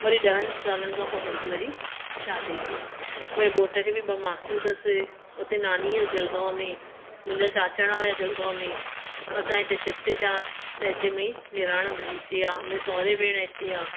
वरी ॾहनि सालनि खां पोइ मुंहिंजी वरी शादी थी मुंहिंजे घोठ खे बि ॿ मासियूं अथसि हुते नानी अथसि जलगांव में मुंहिंजा चाचाणा हुआ जलगांव में असां हिते शिफ्ट थियसि त हिते मुंहिंजी निणान मुंहिंजी हिते आहे मुंहिंजी सहुरे भेण हिते आहे